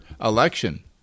election